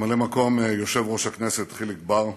ממלא מקום יושב-ראש הכנסת חיליק בר,